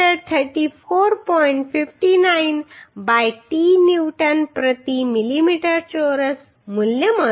59 by t newton પ્રતિ millimetre ચોરસ મૂલ્ય મળશે